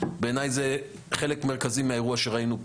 בעיניי, זה חלק מהאירוע המרכזי שראינו פה.